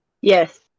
Yes